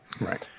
right